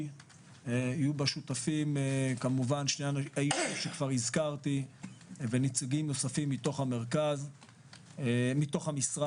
שיהיו בה שותפים מי שכבר הזכרתי ונציגים נוספים מתוך המשרד.